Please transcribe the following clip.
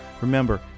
Remember